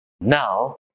now